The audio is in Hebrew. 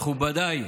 מכובדיי,